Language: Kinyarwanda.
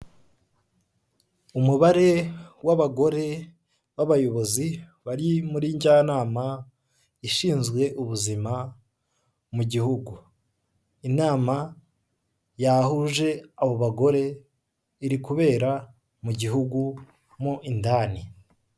Umubare w'abagore b'abayobozi bari muri njyanama ishinzwe ubuzima mu gihugu, inama yahuje abo bagore iri kubera mu gihugu mo indani.